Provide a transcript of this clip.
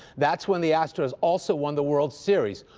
that's when the astros also won the world series.